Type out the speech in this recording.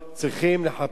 צריכים לחפש,